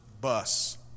bus